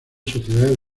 sociedades